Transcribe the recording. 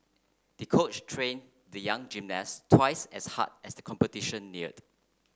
the coach trained the young gymnast twice as hard as the competition neared